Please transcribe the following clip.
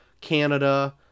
Canada